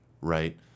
right